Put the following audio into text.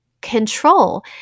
control